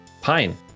Pine